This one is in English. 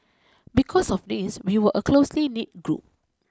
because of this we were a closely knit group